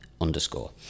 underscore